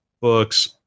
books